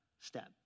step